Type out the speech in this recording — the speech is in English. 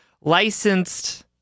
licensed